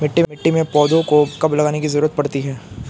मिट्टी में पौधों को कब लगाने की ज़रूरत पड़ती है?